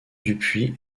dupuis